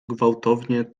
gwałtownie